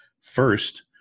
First